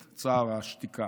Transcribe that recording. את צער השתיקה,